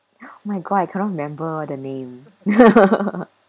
my god I cannot remember all the name